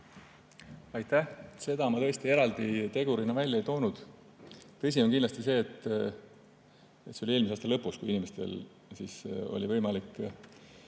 Aitäh! Seda ma tõesti eraldi tegurina välja ei toonud. Tõsi on kindlasti see – see oli eelmise aasta lõpus, kui inimestel oli võimalik